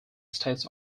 states